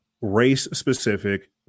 race-specific